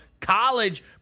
college